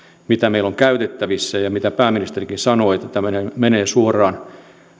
mitä meillä on käytettävissä ja se mitä pääministerikin sanoi että nämä toimenpiteet menevät suoraan